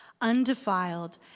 undefiled